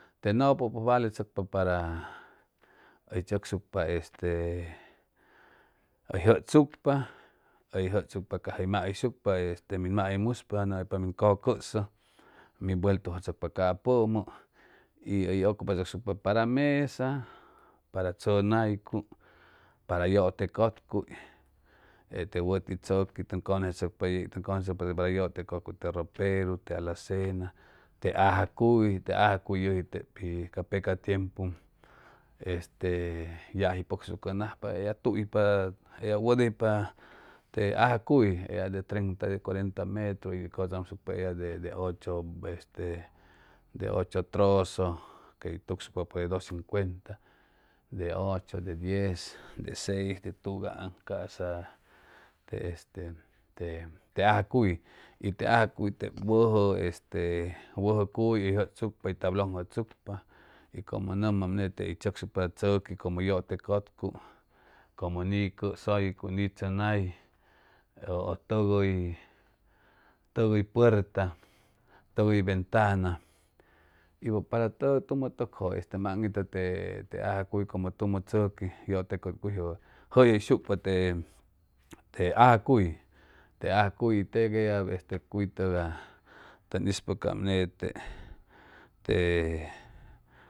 Te nopo pʉj valechʉcpa para hʉy chʉcsucpa este hʉy jʉchsucpa hʉy jʉchsucpa cas hʉy maahʉyshucpa este min mahʉymuspa nʉmʉmpa min cʉcʉsʉ mi vueltu capʉmʉ y hʉy ʉcupachʉcsucpa para mesa para chʉnaycuy para yʉte cʉtcuy e te wʉti tzʉqui tʉn cʉnʉcechʉcpa yei tʉn cʉnʉcechʉcpa verda yʉte cʉtcuy te roperu te alacena te aja cuy te aja cuy yʉji tep pi ca peca tiempu este yaji pʉcsucʉnajpa eya tuypa eya wʉdʉypa te aja cuy eya de treinta de cuarenta metru y hʉy cʉchamsucpa eya de ocho de este ocho trozo quey tuksucpa puede dos cincuenta de ocho de diez de seis de tugaaŋ ca'sa te este te aja cuy y te aja cuy tep wʉjʉ este wʉjʉ cuy hʉy jʉchsucpa hʉy tablon jʉchsucpa y como ʉn nʉmam nete hʉy chʉcsucpa tzʉqui como yʉte cʉtcuy como nicʉsʉycuy nitzʉnay ʉ tʉg hʉy tʉg hʉy puerta tʉg hʉy ventana ya para tumʉ tʉkjʉ ʉm aŋitʉ te te aja cuy como tumʉ tzʉqui yʉte cʉtcuyjʉ jʉyjʉyshucpa te te aja cuy te aja cuy y teg eya cuy tʉgay tʉn ispʉcaam nete te